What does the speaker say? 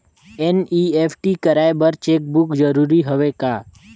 NEFT कराय बर cheque book जरूरी हवय का?